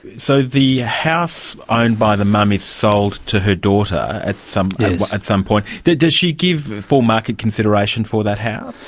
so the house owned by the mum is sold to her daughter at some at some point. yes. does she give full market consideration for that house?